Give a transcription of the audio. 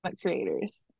creators